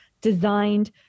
designed